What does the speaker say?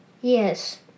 Yes